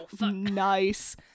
nice